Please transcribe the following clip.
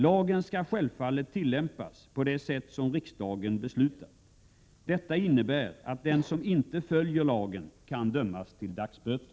Lagen skall självfallet tillämpas på det sätt som riksdagen beslutat. Detta innebär att den som inte följer lagen kan dömas till dagsböter.